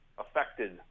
affected